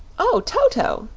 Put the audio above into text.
o, toto!